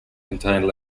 contained